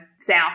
south